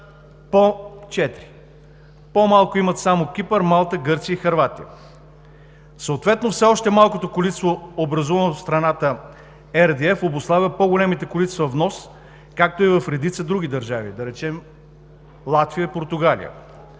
около 4%. По-малко имат само Кипър, Малта, Гърция и Хърватия. Все още малкото количество RDF, образувано в страната, обуславя по-големите количества внос, както и в редица други държави – Латвия, Португалия.